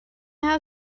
have